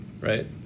Right